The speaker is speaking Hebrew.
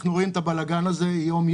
אנחנו רואים את הבלגן הזה יום-יום: